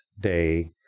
day